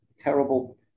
terrible